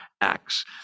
Acts